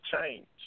change